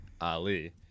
Ali